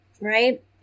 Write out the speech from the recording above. right